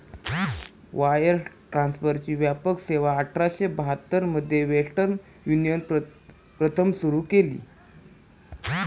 wire ट्रान्सफरची व्यापक सेवाआठराशे बहात्तर मध्ये वेस्टर्न युनियनने प्रथम सुरू केली